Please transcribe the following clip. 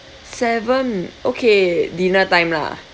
seven okay dinner time lah